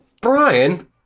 Brian